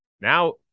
Now